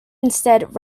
instead